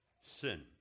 sin